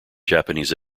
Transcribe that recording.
japanese